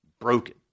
broken